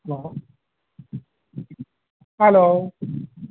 hello hello